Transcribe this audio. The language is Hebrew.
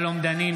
נגד שלום דנינו,